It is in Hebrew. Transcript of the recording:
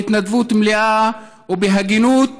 בהתנדבות מלאה ובהגינות